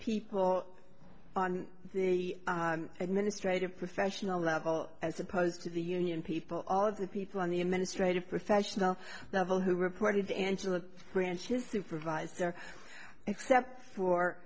people on the administrative professional level as opposed to the union people all of the people on the administrative professional level who reported to angela branch his supervisor except for